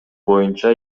боюнча